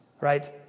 Right